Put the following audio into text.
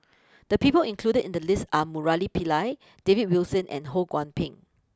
the people included in the list are Murali Pillai David Wilson and Ho Kwon Ping